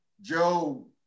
Joe